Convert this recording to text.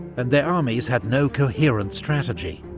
and their armies had no coherent strategy.